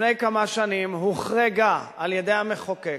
לפני כמה שנים הוחרגה על-ידי המחוקק